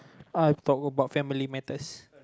I talk about family matters